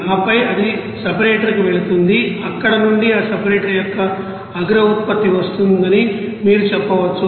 ఆపై అది సెపరేటర్ కు వెళుతుంది అక్కడ నుండి ఆ సపరేటర్ యొక్క అగ్ర ఉత్పత్తి వస్తుందని మీరు చెప్పవచ్చు